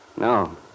No